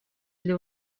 для